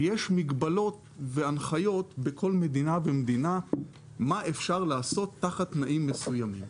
ויש מגבלות והנחיות בכל מדינה ומדינה מה אפשר לעשות תחת תנאים מסוימים.